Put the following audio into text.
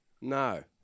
no